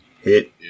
Hit